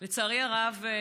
לצערי הרב,